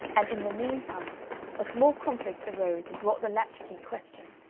and in the mean time a small conflict arose and brought the latch-key question,